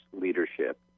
leadership